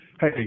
hey